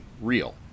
real